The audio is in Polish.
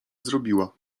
zrobiła